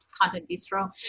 contentbistro